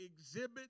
exhibit